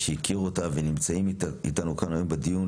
שהכיר אותה ונמצאים אתנו כאן היום בדיון,